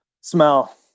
Smell